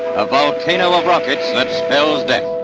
a volcano of rockets that spells death.